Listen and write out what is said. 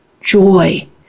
joy